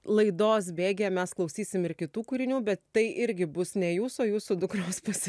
laidos bėgyje mes klausysim ir kitų kūrinių bet tai irgi bus ne jūsų o jūsų dukros pasi